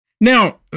Now